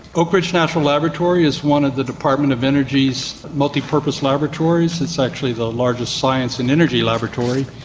oak ridge national laboratory is one of the department of energy's multipurpose laboratories, it's actually the largest science and energy laboratory,